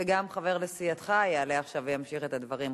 חבר סיעתך יעלה עכשיו וימשיך את הדברים.